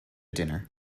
dinner